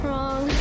Wrong